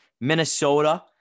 Minnesota